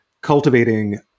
cultivating